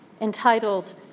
entitled